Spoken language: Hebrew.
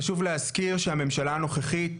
חשוב להזכיר שהממשלה הנוכחית,